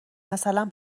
مثلا